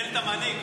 קיפל את המנהיג.